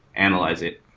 analyze it,